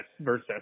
versus